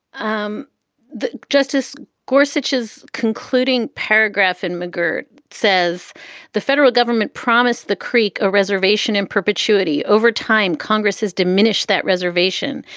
um justice gorsuch is concluding paragraph in mcgirr says the federal government promised the creek a reservation in perpetuity. over time, congress has diminished that reservation.